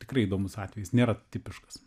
tikrai įdomus atvejis nėra tipiškas